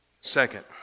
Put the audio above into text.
Second